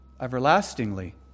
everlastingly